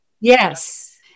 Yes